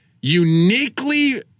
uniquely